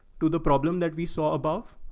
to the problem that we saw above,